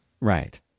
Right